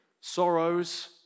sorrows